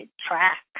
track